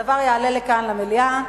הדבר יעלה לכאן, למליאה.